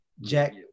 Jack